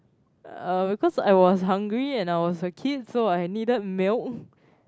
uh because I was hungry and I was a kid so I needed milk